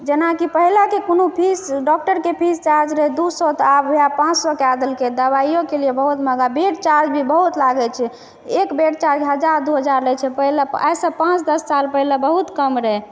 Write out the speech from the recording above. जेनाकि पहिलेके कोनो फीस डॉक्टरके फीस चार्ज रहै दू सए चारि सए तऽ आब ओएह पांँच सए कए देलकै दवाइयोके लिए बहुत महगा बेड चार्ज भी बहुत लागै छै एक बेर चार्ज हजार दू हजार लए छै पहिले आइसँ पांँच दश साल पहिले बहुत कम रहै